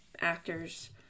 actors